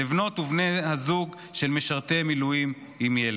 לבנות ובני הזוג של משרתי מילואים עם ילד.